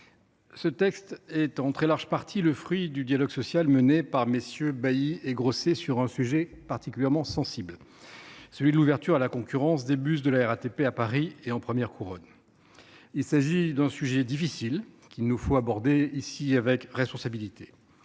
ce texte est en très large partie le fruit du dialogue social mené par MM. Jean Paul Bailly et Jean Grosset sur un sujet particulièrement sensible, à savoir l’ouverture à la concurrence des bus de la RATP à Paris et en première couronne. Il s’agit d’un sujet difficile, qu’il nous faut aborder ici avec responsabilité.